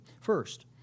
First